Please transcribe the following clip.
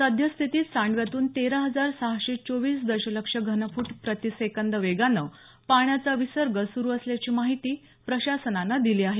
सद्यस्थितीत सांडव्यातून तेरा हजार सहाशे चोविस दशलक्ष घनफूट प्रतिसेंकद वेगानं पाण्याचा विसर्ग सुरु असल्याची माहिती प्रशासनानं दिली आहे